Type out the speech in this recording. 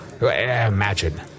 Imagine